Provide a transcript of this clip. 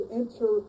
enter